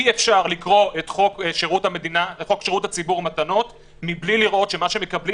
אי אפשר לקרוא את חוק שירות הציבור (מתנות) בלי לראות שמה שמקבלים